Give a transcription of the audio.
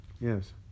Yes